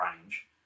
range